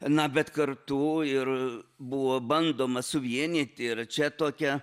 na bet kartu ir buvo bandoma suvienyti ir čia tokia